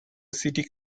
city